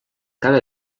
cada